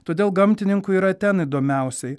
todėl gamtininkui yra ten įdomiausiai